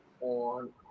on